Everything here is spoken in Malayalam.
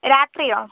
രാത്രിയോ